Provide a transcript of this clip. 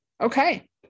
Okay